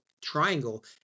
triangle